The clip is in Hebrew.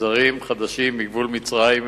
זרים חדשים מגבול מצרים,